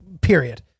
Period